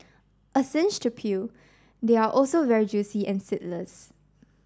a cinch to peel they are also very juicy and seedless